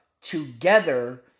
together